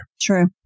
True